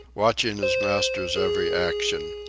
watching his master's every action.